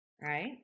Right